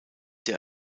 der